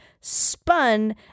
spun